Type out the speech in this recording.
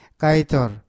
kaitor